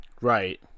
Right